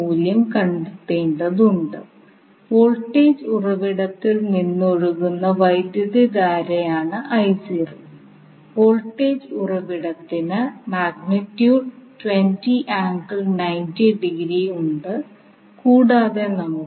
മുമ്പത്തെ പ്രഭാഷണങ്ങളിൽ നമ്മൾ ഉപയോഗിച്ച ടെക്നിക്കുകൾ എസി സർക്യൂട്ട് വിശകലനം ചെയ്യാനും ഉപയോഗിക്കാം